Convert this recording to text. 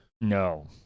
No